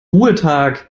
ruhetag